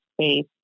space